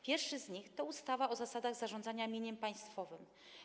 Pierwszy z nich to ustawa o zasadach zarządzania mieniem państwowym.